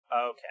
Okay